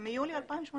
זה נקבע ביולי 2018